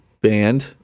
band